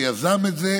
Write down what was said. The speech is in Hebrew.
שיזם את זה